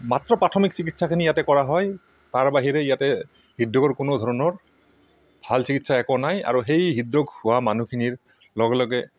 মাত্ৰ প্ৰাথমিক চিকিৎসাখিনি ইয়াতে কৰা হয় তাৰ বাহিৰে ইয়াতে হৃদৰোগৰ কোনো ধৰণৰ ভাল চিকিৎসা একো নাই আৰু সেই হৃদৰোগ হোৱা মানুহখিনিৰ লগেলগে